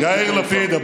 יאיר לפיד,